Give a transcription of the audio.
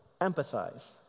empathize